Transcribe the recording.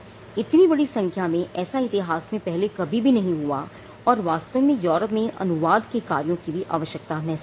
इतनी बड़ी संख्या में ऐसा इतिहास में पहले कभी भी नहीं हुआ और वास्तव में यूरोप में अनुवाद की कार्यों की आवश्यकता भी महसूस हुई